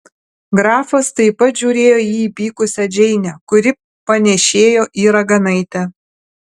grafas taip pat žiūrėjo į įpykusią džeinę kuri panėšėjo į raganaitę